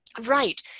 right